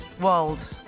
world